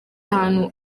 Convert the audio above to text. ahantu